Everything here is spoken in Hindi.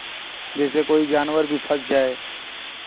जैसे कोई जानवर भी फंस जाए